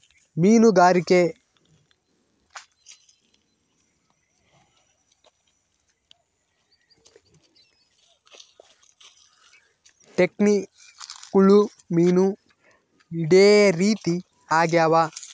ಮೀನುಗಾರಿಕೆ ಟೆಕ್ನಿಕ್ಗುಳು ಮೀನು ಹಿಡೇ ರೀತಿ ಆಗ್ಯಾವ